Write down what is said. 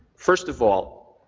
first of all,